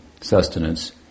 sustenance